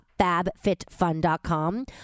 fabfitfun.com